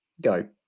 Go